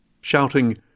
shouting